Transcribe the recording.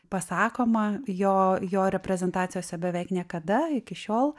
pasakoma jo jo reprezentacijose beveik niekada iki šiol